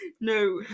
No